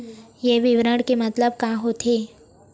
ये विवरण के मतलब का होथे?